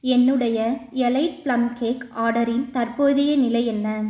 என்னுடைய elite plum cake ஆர்டரின் தற்போதைய நிலை என்ன